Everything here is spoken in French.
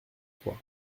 trois